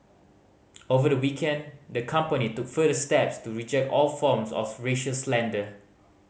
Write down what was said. over the weekend the company took further steps to reject all forms of racial slander